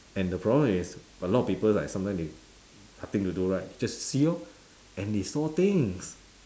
and the problem is a lot of people like sometimes they nothing to do right just see lor and they saw things